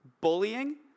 bullying